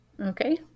Okay